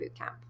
bootcamp